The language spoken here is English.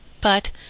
But